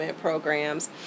Programs